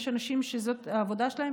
יש אנשים שזאת העבודה שלהם,